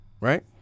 Right